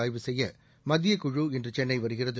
ஆய்வு செய்ய மத்தியக் குழு இன்று சென்னை வருகிறது